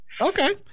okay